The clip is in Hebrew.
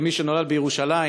כמי שנולד בירושלים,